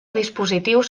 dispositius